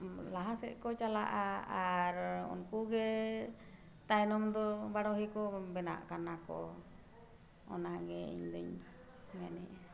ᱞᱟᱦᱟ ᱥᱮᱫ ᱠᱚ ᱪᱟᱞᱟᱜᱼᱟ ᱟᱨ ᱩᱱᱠᱩ ᱜᱮ ᱛᱟᱭᱱᱚᱢ ᱫᱚ ᱵᱟᱰᱳᱦᱤ ᱠᱚ ᱵᱮᱱᱟᱜ ᱠᱟᱱᱟ ᱠᱚ ᱚᱱᱟᱜᱮ ᱤᱧᱫᱩᱧ ᱢᱮᱱᱮᱜᱼᱟ